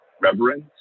reverence